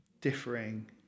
differing